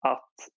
Att